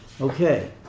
Okay